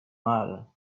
matter